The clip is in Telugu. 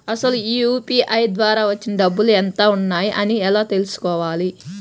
అసలు యూ.పీ.ఐ ద్వార వచ్చిన డబ్బులు ఎంత వున్నాయి అని ఎలా తెలుసుకోవాలి?